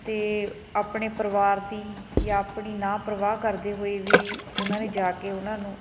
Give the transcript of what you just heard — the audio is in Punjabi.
ਅਤੇ ਆਪਣੇ ਪਰਿਵਾਰ ਦੀ ਜਾਂ ਆਪਣੀ ਨਾ ਪਰਵਾਹ ਕਰਦੇ ਹੋਏ ਵੀ ਉਹਨਾਂ ਨੇ ਜਾ ਕੇ ਉਹਨਾਂ ਨੂੰ